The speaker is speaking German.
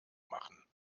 machen